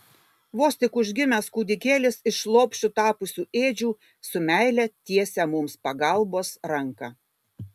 vos tik užgimęs kūdikėlis iš lopšiu tapusių ėdžių su meile tiesia mums pagalbos ranką